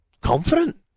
confident